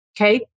Okay